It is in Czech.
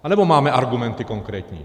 Anebo máme argumenty konkrétní?